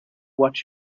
what